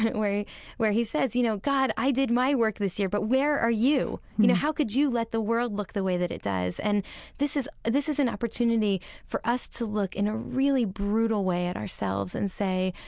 and where he says, you know, god, i did my work this year but where are you? you know, how could you let the world look the way that it does? and this is this is an opportunity for us to look in a really brutal way at ourselves and say,